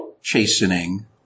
chastening